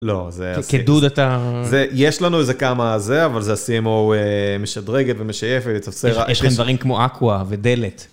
לא, זה... כדוד אתה... יש לנו איזה כמה זה, אבל זה היה cmo משדרגת ומשייפת... יש לך דברים כמו אקווה ודלת.